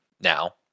now